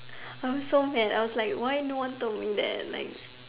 I was so mad I was like why no one told me that like